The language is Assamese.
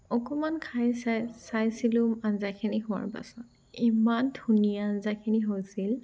অকণমান খাই চাই চাইছিলো আঞ্জাখিনি হোৱাৰ পাছত ইমান ধুনীয়া আঞ্জাখিনি হৈছিল